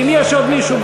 אם יש עוד מישהו,